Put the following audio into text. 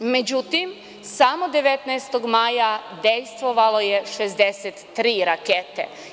Međutim, samo 19. maja dejstvovalo je 63 rakete.